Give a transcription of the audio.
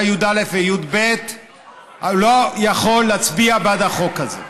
י"א וי"ב לא יכול להצביע בעד החוק הזה.